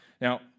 Now